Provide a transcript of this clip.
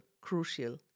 crucial